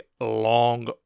long